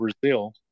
Brazil